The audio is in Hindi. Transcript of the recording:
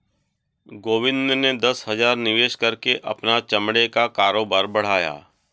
गोविंद ने दस हजार निवेश करके अपना चमड़े का कारोबार बढ़ाया